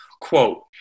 Quote